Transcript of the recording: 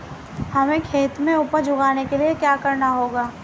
हमें खेत में उपज उगाने के लिये क्या करना होगा?